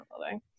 building